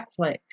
Netflix